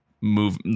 move